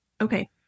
okay